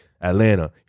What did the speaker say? Atlanta